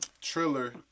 Triller